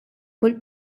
kull